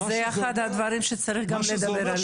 וזה אחד הדברים שצריך גם לדבר עליהם.